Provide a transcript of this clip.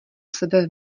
sebe